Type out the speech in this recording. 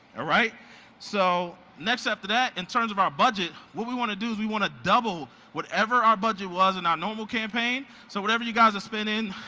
so next after that, in terms of our budget, what we want to do is we want to double whatever our budget was in our normal campaign. so whatever you guys are spending,